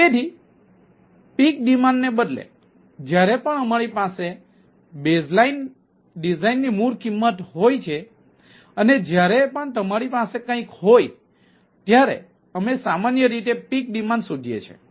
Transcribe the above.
તેથી peak demand ને બદલે જ્યારે પણ અમારી પાસે બેઝલાઇન ડિઝાઇન ની મૂળભૂત કિંમત હોય છે અથવા જ્યારે પણ તમારી પાસે કંઈક હોય ત્યારે અમે સામાન્ય રીતે પીક ડિમાન્ડ શોધીએ છીએ